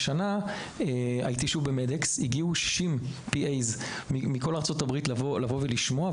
השנה הייתי שוב במדקס והגיעו 60 PAs מכל ארצות הברית כדי לשמוע.